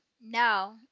No